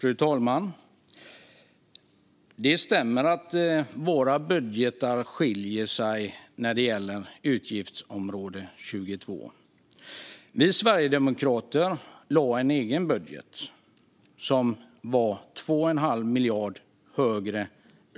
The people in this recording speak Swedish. Fru talman! Det stämmer att våra budgetar skiljer sig när det gäller utgiftsområde 22. Vi sverigedemokrater lade fram en egen budget som var 2 1⁄2 miljard högre